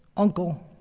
uncle.